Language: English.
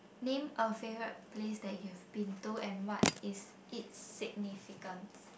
name a favourite place that you have been to and what is it significance